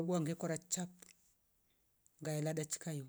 Uwa ngekora chap ngaela dachikayo